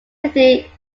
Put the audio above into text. city